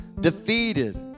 defeated